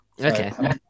Okay